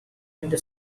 into